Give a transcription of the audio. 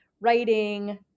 writing